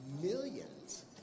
millions